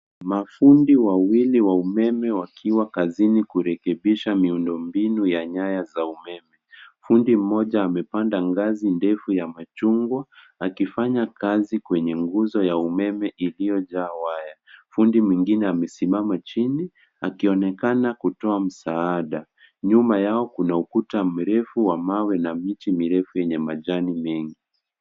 Mafundi wawili wa umeme wakiwa kazini kurekebisha miundombinu ya nyaya za umeme. Fundi mmoja amepanda ngazi ndefu ya machungwa akifanya kazi kwenye nguzo ya umeme iliyojaa waya. Fundi mwingine amesimama chini akionekana kutoa msaada. Nyuma yao kuna ukuta mrefu wa mawe na miti mirefu yenye majani mengi.